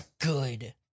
good